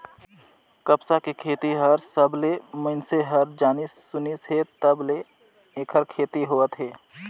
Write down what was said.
कपसा के खेती हर सबलें मइनसे हर जानिस सुनिस हे तब ले ऐखर खेती होवत हे